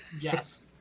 Yes